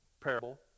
parable